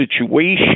situation